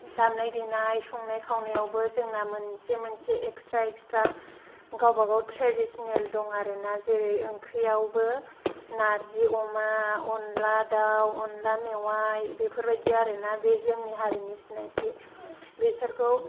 दामनाय देनाय संनाय खावनायावबो जोंना मोनसे मोनसे एक्सट्रा एक्सट्रा गावबागाव ट्रेडिसनेल दं आरो न जेरै ओंख्रियावबो नार्जि अमा अनला दाउ अनला मेवाइ बेफोरबायदि आरो ना बे जोंनि हारिनि सिनायथि बेफोरखौ